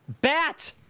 Bat